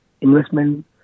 Investment